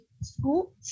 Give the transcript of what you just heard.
school